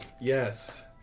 Yes